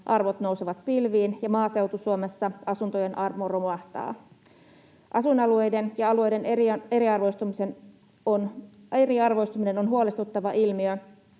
arvot nousevat pilviin ja Maaseutu-Suomessa asuntojen arvo romahtaa. Asuinalueiden eriarvoistuminen on huolestuttava ilmiö,